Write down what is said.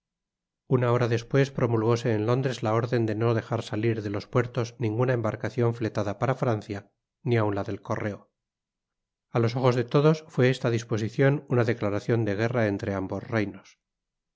una hora despues promulgóse en londres la orden de no dejar salir de los puertos ninguna embarcacion fletada para francia ni aun la del correo a los ojos de todos fué esta disposicion una declaracion de guerra entre ambos reinos